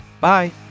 Bye